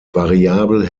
variabel